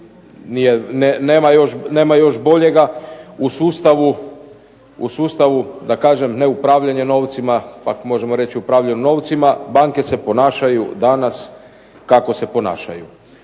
nema još boljega u sustavu da kažem ne upravljanja novcima, pak možemo reći upravljaju novcima, banke se ponašaju danas kako se ponašaju.